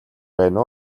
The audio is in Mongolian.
байна